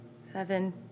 seven